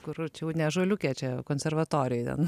kur čia jau ne ąžuoliuke čia konservatorijoj ten